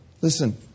Listen